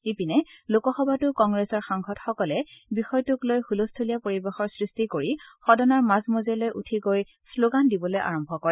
ইপিনে লোকসভাতো কংগ্ৰেছৰ সাংসদসকলে বিষয়টোক লৈ ছলস্থলীয়া পৰিৱেশৰ সৃষ্টি কৰি সদনৰ মাজ মজিয়ালৈ উঠি গৈ শ্লোগান দিবলৈ আৰম্ভ কৰে